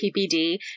PPD